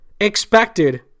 Expected